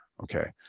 okay